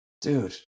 dude